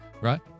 right